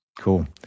Cool